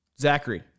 Zachary